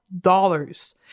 dollars